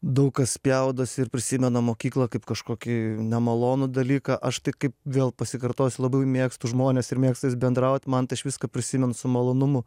daug kas spjaudosi ir prisimena mokyklą kaip kažkokį nemalonų dalyką aš tai kaip vėl pasikartosiu labai mėgstu žmones ir mėgstu su jais bendraut man tai aš viską prisimenu su malonumu